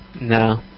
No